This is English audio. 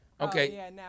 Okay